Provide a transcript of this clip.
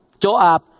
Joab